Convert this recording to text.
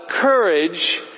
courage